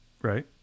Right